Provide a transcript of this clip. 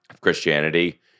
Christianity